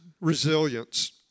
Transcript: resilience